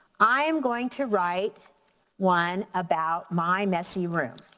i'm going to write one about my messy room.